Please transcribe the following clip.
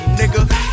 nigga